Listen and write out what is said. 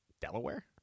Delaware